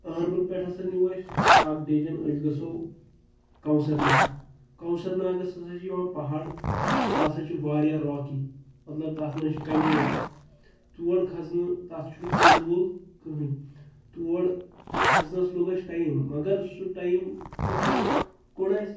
اَہَربَل پٮ۪ٹھ ہَسا نیوٗ اَسہِ اَکھ ڈِسجَن أسۍ گژھو کَوثَر ناگ کَوثَر ناگَس ہَسا چھِ یِوان پہاڑ سُہ ہَسا چھِ واریاہ راکی مطلب تَتھ منٛز چھِ کَنہِ یوت تور کھَسنہٕ تَتھ چھِنہٕ کُل وُل کٕہٕنۍ تور کھَسنَس لوٚگ اَسہِ ٹایم مگر سُہ ٹایم کِتھ پٲٹھۍ کوٚڑ اَسہِ